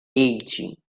ageing